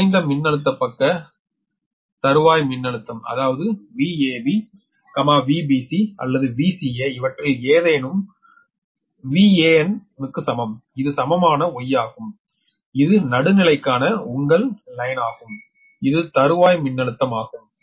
எனவே குறைந்த மின்னழுத்த பக்க தறுவா மின்னழுத்த அதாவது Vab Vbc அல்லது Vca இவற்றில் ஏதேனும் VAn க்கு சமம் இது சமமான Y ஆகும் இது நடுநிலைக்கான உங்கள் வரியாகும் இது தறுவாய் மின்னழுத்தமாகும்